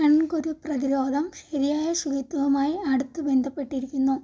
കൺകുരു പ്രതിരോധം ശരിയായ ശുചിത്വവുമായി അടുത്ത് ബന്ധപ്പെട്ടിരിക്കുന്നു